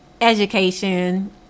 education